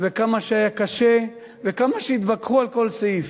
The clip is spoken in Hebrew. וכמה היה קשה, וכמה התווכחו על כל סעיף.